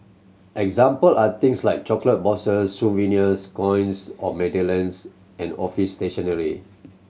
example are things like chocolate boxes souvenirs coins or medallions and office stationery